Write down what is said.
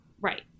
Right